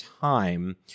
time